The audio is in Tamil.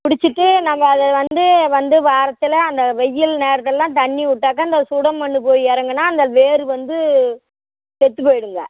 பிடிச்சிட்டு நம்ம அதை வந்து வந்து வாரத்தில் அந்த வெயில் நேரத்துல்லாம் தண்ணி விட்டாக்கா அந்த சுடு மண் போயி இறங்குனா அந்த வேர் வந்து செத்து போயிடுங்க